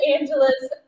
Angela's